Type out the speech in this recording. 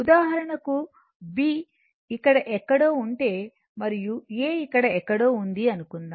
ఉదాహరణకు B ఇక్కడ ఎక్కడో ఉంటే మరియు A ఇక్కడ ఎక్కడో ఉంది అనుకుందాం